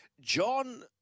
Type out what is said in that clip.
John